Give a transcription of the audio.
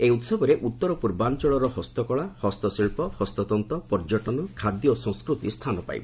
ଏହି ଉତ୍ସବରେ ଉତ୍ତର ପୂର୍ବାଞ୍ଚଳର ହସ୍ତକଳା ହସ୍ତଶିଳ୍ପ ହସ୍ତତ୍ତ ପର୍ଯ୍ୟଟନ ଖାଦ୍ୟ ଓ ସଂସ୍କୃତି ସ୍ଥାନ ପାଇବ